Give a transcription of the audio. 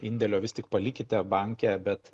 indėlio vis tik palikite banke bet